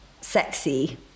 sexy